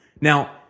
Now